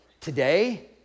Today